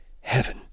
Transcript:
heaven